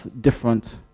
different